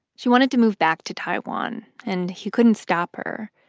she wanted to move back to taiwan, and he couldn't stop her.